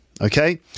Okay